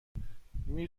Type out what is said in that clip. میری